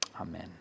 Amen